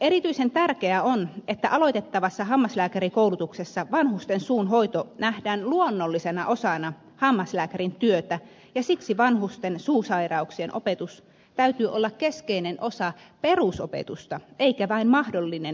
erityisen tärkeää on että aloitettavassa hammaslääkärikoulutuksessa vanhusten suun hoito nähdään luonnollisena osana hammaslääkärin työtä ja siksi vanhusten suusairauksien opetuksen täytyy olla keskeinen osa perusopetusta eikä vain mahdollinen erikoistumisala